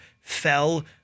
fell